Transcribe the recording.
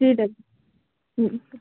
जी ठीक